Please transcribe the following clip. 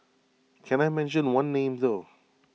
can I mention one name though